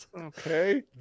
Okay